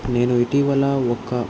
నేను ఇటీవల ఒక్క